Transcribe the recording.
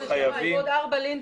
חייבים --- ועוד ארבעה לינצ'ים.